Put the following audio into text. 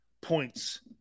points